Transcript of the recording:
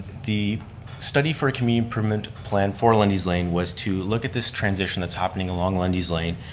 the study for community improvement plan for lundy's lane was to look at this transition that's happening along lundy's lane,